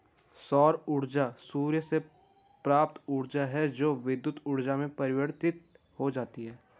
सौर ऊर्जा सूर्य से प्राप्त ऊर्जा है जो विद्युत ऊर्जा में परिवर्तित हो जाती है